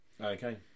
Okay